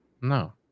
no